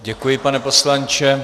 Děkuji, pane poslanče.